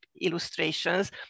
illustrations